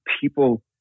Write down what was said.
people